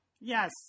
Yes